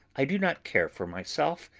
i do not care for myself,